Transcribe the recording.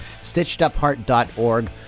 stitchedupheart.org